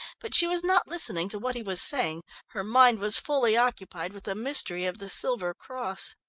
but she was not listening to what he was saying her mind was fully occupied with the mystery of the silver cross.